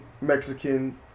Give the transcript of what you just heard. Mexican